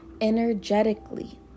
energetically